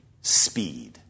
speed